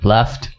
Left